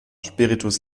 spiritus